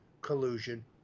collusion